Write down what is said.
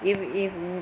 if if n~